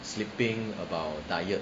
sleeping about diet